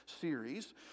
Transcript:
series